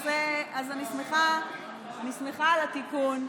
אני שמחה על התיקון.